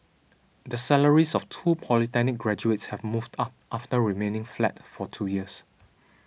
the salaries of two polytechnic graduates have moved up after remaining flat for two years